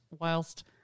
whilst